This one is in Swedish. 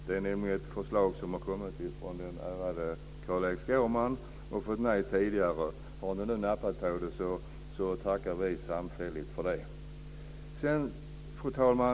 Det är nämligen ett förslag som har kommit från den ärade Carl-Erik Skårman och från mig tidigare. Har ni nu nappat på det, så tackar vi samfälligt för det. Fru talman!